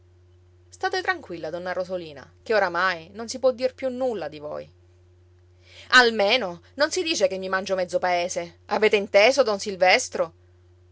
state tranquilla donna rosolina ché oramai non si può dir più nulla di voi almeno non si dice che mi mangio mezzo paese avete inteso don silvestro